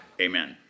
Amen